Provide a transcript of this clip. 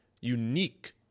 unique